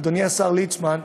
אדוני השר ליצמן,